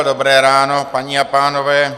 Dobré ráno, paní a pánové.